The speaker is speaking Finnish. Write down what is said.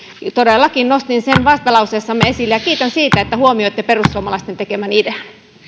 todellakin nostin sen vastalauseessamme esille ja kiitän siitä että huomioitte perussuomalaisten idean